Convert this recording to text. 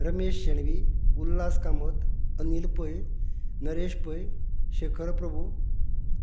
Ramesh Shenvi Ulhas Kamat Anil Pai Naresh Pai Shekhar Prabhu